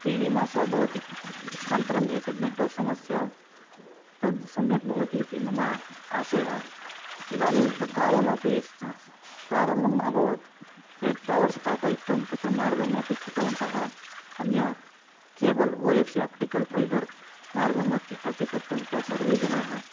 त्रीणि मासाः भवन्ति नन्तरम् एतद् नेट्वर्क् समस्या तद् सम्यक् भवति इति मम आशयः इदानीं ब कार्यमपि प्रारम्भम् अभवत् ये टवर् स्थापयित्वा तत्र मार्गमपि कृतवन्तः अन्य cable O F C optical fibre मार्गमपि अपि कर्तुं ते सर्वे जनाः